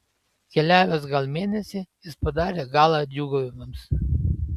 keliavęs gal mėnesį jis padarė galą džiūgavimams